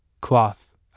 cloth